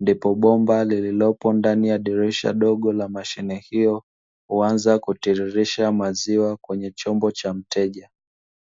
ndipo bomba lililopo ndani ya dirisha dogo la mashine hiyo, huanza kutiririsha maziwa kwenye chombo cha mteja.